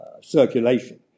circulation